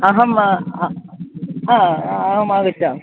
अहम् अहमागच्छामि